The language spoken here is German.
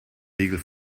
riegel